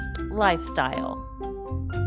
lifestyle